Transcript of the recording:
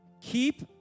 keep